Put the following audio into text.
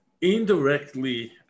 indirectly